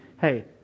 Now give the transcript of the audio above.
Hey